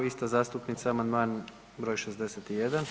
Ista zastupnica amandman br. 61.